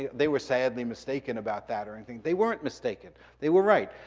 they were sadly mistaken about that, or anything. they weren't mistaken, they were right.